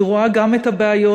היא רואה גם את הבעיות,